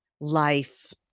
life